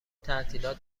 تعطیلات